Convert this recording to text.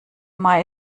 mai